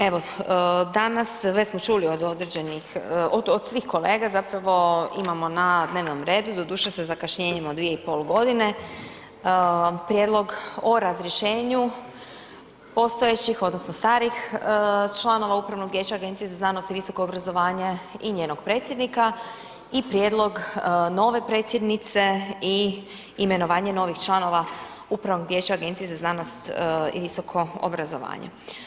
Evo, danas već smo čuli od određenih, od svih kolega zapravo, imamo na dnevnom redu, doduše sa zakašnjenjem od dvije i pol godine, prijedlog o razrješenju postojećih odnosno starih članova Upravnog vijeća Agencije za znanost i visoko obrazovanje i njenog predsjednika, i prijedlog nove predsjednice i imenovanje novih članova Upravnog vijeća Agencije za znanost i visoko obrazovanje.